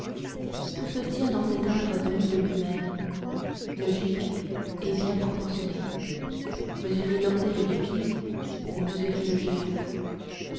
tout se tient dans cet art venu de lui-même logique et bien proportionné mesurer l'orteil du pied c'est mesurer le géant